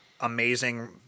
amazing